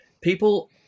People